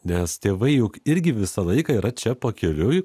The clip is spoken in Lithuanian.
nes tėvai juk irgi visą laiką yra čia pakeliui